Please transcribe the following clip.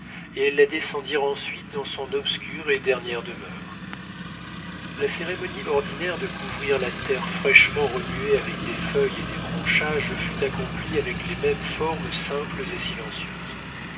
et elles la descendirent ensuite dans son obscure et dernière demeure la cérémonie ordinaire de couvrir la terre fraîchement remuée avec des feuilles et des branchages fut accomplie avec les mêmes formes simples et silencieuses